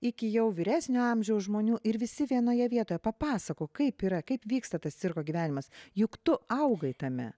iki jau vyresnio amžiaus žmonių ir visi vienoje vietoje papasakok kaip yra kaip vyksta tas cirko gyvenimas juk tu augai tame